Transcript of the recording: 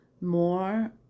more